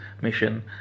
mission